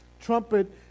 trumpet